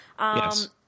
Yes